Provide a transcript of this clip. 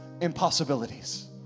impossibilities